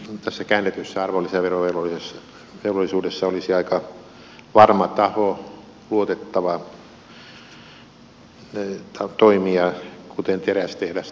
tässä käännetyssä arvonlisäverovelvollisuudessa olisi aika varma taho luotettava toimija kuten terästehdas tai sulattamo